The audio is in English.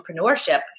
entrepreneurship